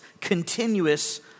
continuous